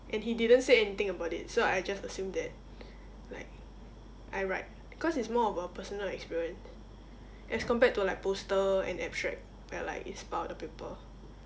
and he didn't say anything about it so I just assume that like I write cause it's more of a personal experience as compared to like poster and abstract where like it's about the paper